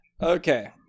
okay